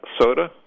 soda